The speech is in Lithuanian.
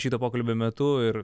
šito pokalbio metu ir